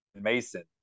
Mason